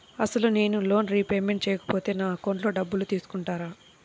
అసలు నేనూ loan repayment చేయకపోతే నా అకౌంట్లో డబ్బులు తీసుకుంటారా?